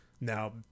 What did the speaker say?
Now